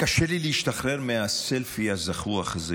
קשה לי להשתחרר מהסלפי הזחוח הזה,